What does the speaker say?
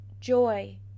joy